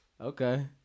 Okay